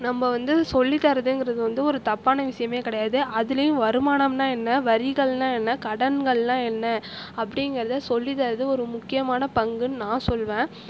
நம்ம வந்து சொல்லித்தரதுங்கறது ஒரு தப்பான விஷயமே கிடையாது அதுலையும் வருமானம்னால் என்ன வரிகள்னால் என்ன கடன்கள்னால் என்ன அப்படிங்கறத சொல்லித்தரது ஒரு முக்கியமான பங்குன்னு நான் சொல்வேன்